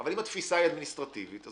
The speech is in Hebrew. אבל אם התפיסה היא אדמיניסטרטיבית אז